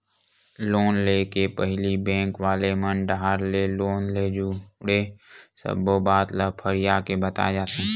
loan ले के पहिली बेंक वाले मन डाहर ले लोन ले जुड़े सब्बो बात ल फरियाके बताए जाथे